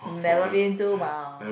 never been to mah